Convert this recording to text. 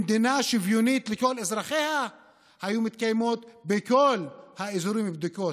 במדינה שוויונית לכל אזרחיה היו מתקיימות בכל האזורים בדיקות,